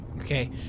Okay